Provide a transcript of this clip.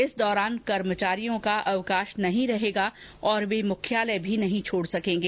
इस दौरान कर्मचारियों का अवकाश नहीं रहेगा और वे मुख्यालय भी नहीं छोड़ सकेंगे